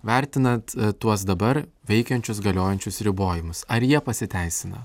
vertinat tuos dabar veikiančius galiojančius ribojimus ar jie pasiteisina